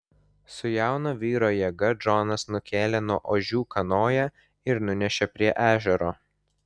su jauno vyro jėga džonas nukėlė nuo ožių kanoją ir nunešė prie ežero